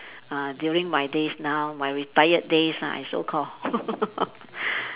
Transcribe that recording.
uh during my days now my retired days ah it's so call